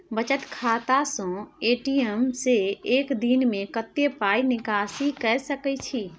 बचत खाता स ए.टी.एम से एक दिन में कत्ते पाई निकासी के सके छि?